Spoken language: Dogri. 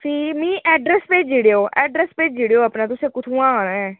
फ्ही मी ऐड्रेस भेज्जी ओड़ेओ ऐड्रेस भेज्जी ओड़ेओ अपना तुसें कुत्थुआं औना ऐ